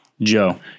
Joe